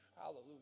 Hallelujah